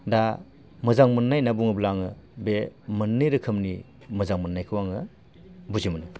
दा मोजां मोननाय होनना बुङोब्ला आङो बे मोननै रोखोमनि मोजां मोननायखौ आङो बुजि मोनो